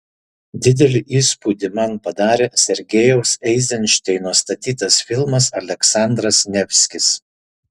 didelį įspūdį man padarė sergejaus eizenšteino statytas filmas aleksandras nevskis